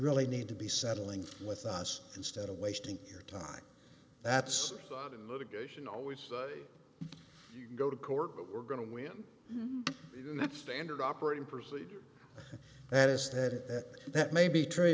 really need to be settling with us instead of wasting your time that's in litigation always go to court but we're going to we're not standard operating procedure that is that that may be true